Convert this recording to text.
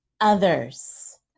others